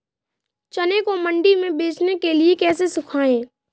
चने को मंडी में बेचने के लिए कैसे सुखाएँ?